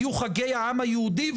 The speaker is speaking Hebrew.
יהיו חגי העם היהודי,